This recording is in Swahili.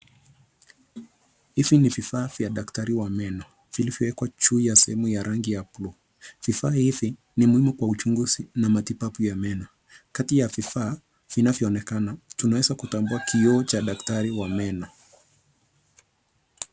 Hivi ni vifaa vya daktari wa meno, vilivyowekwa juu ya sehemu ya rangi ya bluu. Vifaa hivi ni muhimu kwa uchunguzi na matibabu ya meno. Kati ya vifaa vinavyoonekana, tunaweza kutambua kioo cha daktari wa meno.